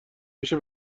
میشه